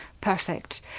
perfect